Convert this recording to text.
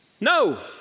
No